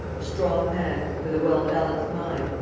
a strong man, with a well-balanced mind,